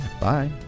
Bye